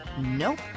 Nope